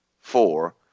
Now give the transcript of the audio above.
Four